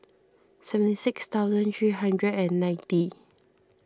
seventy six thousand three hundred and ninety